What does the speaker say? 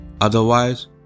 Otherwise